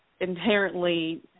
inherently